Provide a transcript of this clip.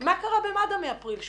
אבל מה קרה במד"א מאפריל 2018?